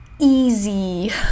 easy